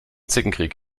zickenkrieg